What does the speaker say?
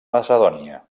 macedònia